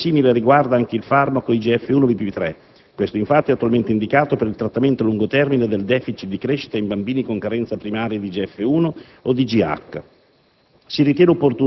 Una conclusione simile riguarda anche il farmaco IGF-1/BP3: questo, infatti, è attualmente indicato per il trattamento a lungo termine del *deficit* di crescita in bambini con carenza primaria di IGF-1 o di GH.